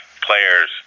players